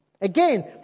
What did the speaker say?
Again